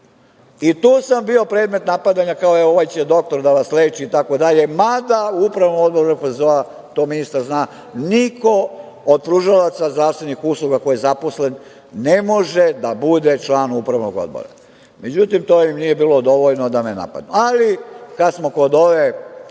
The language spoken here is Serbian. I tu sam bio predmet napadanja, kao ovaj će doktor da vas leči, i tako dalje, mada u Upravnom odboru RFZO, to ministar zna, niko od pružalaca zdravstvenih usluga koji je zaposlen ne može da bude član Upravnog odbora. Međutim, to im nije bilo dovoljno da me napadnu. Ali, kada smo kod ove